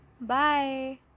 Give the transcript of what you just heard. Bye